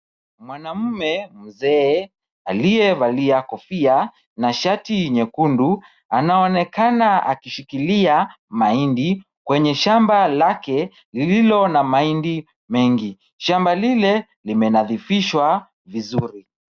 Mwanaume mzee aliyevalia kofia na shati nyekundu, anaonekana akishikilia mahindi kwenye shamba lake, lililo na mahindi mengi. Shamba lile limenadhifishwa vizuri.